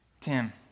Tim